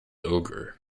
over